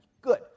good